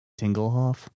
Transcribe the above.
Tinglehoff